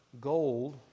gold